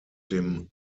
dem